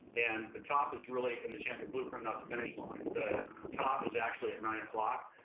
and the top is really, in the champions blueprint, not the finish line. the top is actually at nine o'clock.